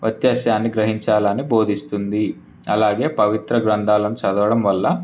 వ్యత్యాసాన్ని గ్రహించాలని భోదిస్తుంది అలాగే పవిత్ర గ్రంథాలను చదవడంవల్ల